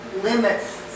limits